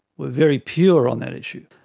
were very pure on that issue.